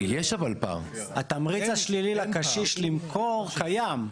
התמריץ השלילי לקשיש למכור קיים.